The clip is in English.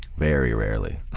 very rarely.